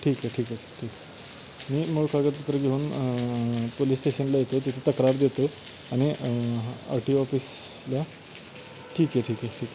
ठीक आहे ठीक आहे ठीक आहे मी मूळ कागदपत्रं घेऊन पोलिस स्टेशनला येतो तिथं तक्रार देतो आणि आर टी ओ ऑफिसला ठीक आहे ठीक आहे ठीक आहे